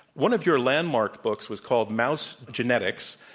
one of your landmark books was called mouse genetics.